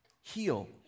heal